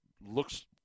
looks